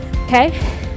Okay